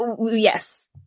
yes